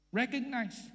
recognize